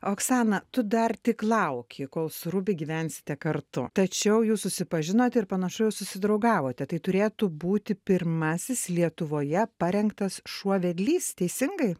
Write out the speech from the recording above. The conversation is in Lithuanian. oksana tu dar tik lauki kol su rubi gyvensite kartu tačiau jūs susipažinot ir panašu jau susidraugavote tai turėtų būti pirmasis lietuvoje parengtas šuo vedlys teisingai